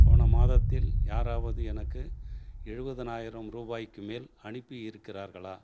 போன மாதத்தில் யாராவது எனக்கு எழுபதனாயிரம் ரூபாய்க்கு மேல் அனுப்பி இருக்கிறார்களா